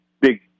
big